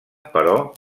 però